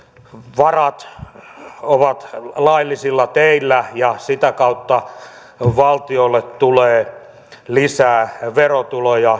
varat ovat laillisilla teillä ja sitä kautta valtiolle tulee lisää verotuloja